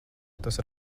tas